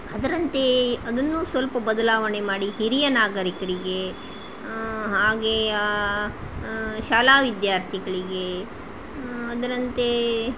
ಅದರಂತೇ ಅದನ್ನೂ ಸ್ವಲ್ಪ ಬದಲಾವಣೆ ಮಾಡಿ ಹಿರಿಯ ನಾಗರಿಕರಿಗೆ ಹಾಗೆ ಶಾಲಾ ವಿದ್ಯಾರ್ಥಿಗಳಿಗೆ ಅದರಂತೆ